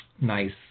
nice